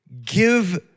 give